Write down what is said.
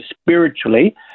spiritually